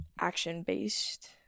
action-based